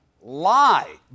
lie